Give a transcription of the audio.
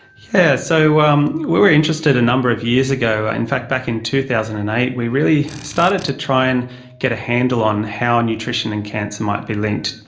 yeah so um we were interested a number of years ago, in fact back in two thousand and eight we really started to try and get a handle on how nutrition and cancer might be linked.